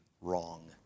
wrong